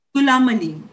Gulamali